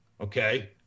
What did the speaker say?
okay